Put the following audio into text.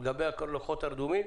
לגבי הלקוחות הרדומים,